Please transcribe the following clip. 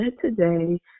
today